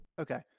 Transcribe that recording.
Okay